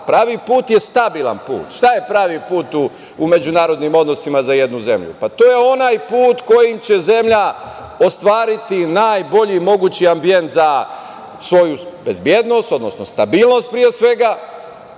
pravi put je stabilan put. Šta je pravi put u međunarodnim odnosima za jednu zemlju? To je onaj put kojim će zemlja ostvariti najbolji mogući ambijent za svoju bezbednost, odnosno stabilnost, pre svega.